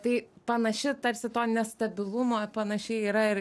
tai panaši tarsi to nestabilumo panašiai yra ir